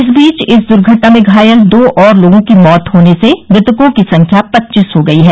इस बीच इस दुर्घटना में घायल दो और लोगों की मौत होने से मृतकों की संख्या पच्चीस हो गई है